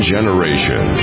Generation